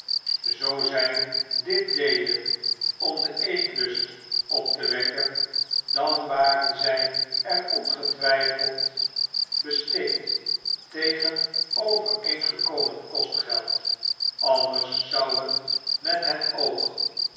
zoo zy dit deden om den eetlust op te wekken dan waren zy er ongetwijfeld besteed tegen overeengekomen kostgeld anders zou het met het oog